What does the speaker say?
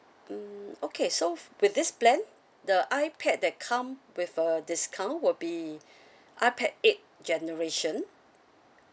mm okay so f~ with this plan the ipad that come with a discount will be ipad eight generation